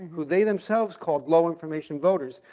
who they themselves called low information voters,